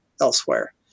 elsewhere